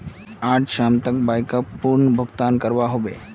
आइज शाम तक बाइकर पूर्ण भुक्तान करवा ह बे